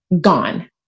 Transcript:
gone